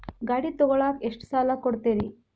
ಗಾಡಿ ತಗೋಳಾಕ್ ಎಷ್ಟ ಸಾಲ ಕೊಡ್ತೇರಿ?